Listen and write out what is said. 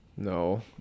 No